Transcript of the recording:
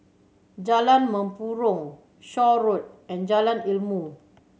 Jalan Mempurong Shaw Road and Jalan Ilmu